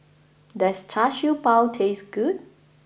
does Char Siew Bao taste good